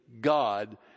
God